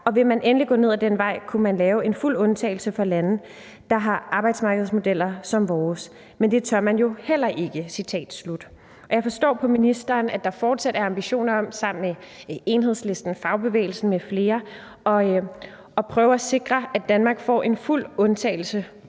Og vil man endelig gå ned ad den vej, kunne man lave en fuld undtagelse for lande, der har arbejdsmarkedsmodeller som vores. Men det tør man jo ikke«. Jeg forstår på ministeren, at der fortsat er ambitioner om sammen med Enhedslisten, fagbevægelsen m.fl. at prøve at sikre, at Danmark får en fuld undtagelse